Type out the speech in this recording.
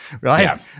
right